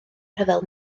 rhyfel